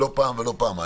לא פעם ולא פעמיים,